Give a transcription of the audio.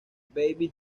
baby